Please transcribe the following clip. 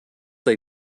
they